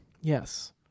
yes